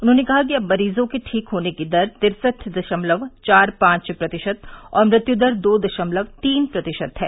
उन्होंने कहा कि अब मरीजों के ठीक होने की दर तिरसठ दशमलव चार पांच प्रतिशत और मृत्यु दर दो दशमलव तीन प्रतिशत है